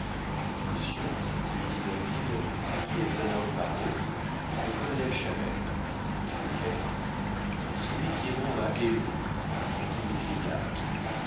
monsieur lui dit derville à qui ai-je l'honneur de parler au colonel chabert lequel celui qui est mort à eylau répondit le vieillard